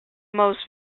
most